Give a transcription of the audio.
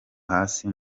hasi